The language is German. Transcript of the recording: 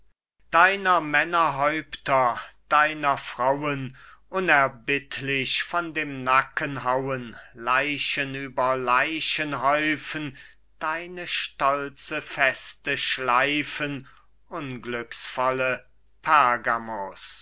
deiner männer häupter deiner frauen unerbittlich von dem nacken hauen leichen über leichen häufen deine stolze feste schleifen unglücksvolle